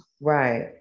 Right